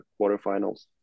quarterfinals